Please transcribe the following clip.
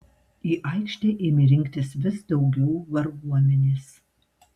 į aikštę ėmė rinktis vis daugiau varguomenės